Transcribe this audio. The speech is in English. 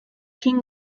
king